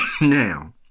Now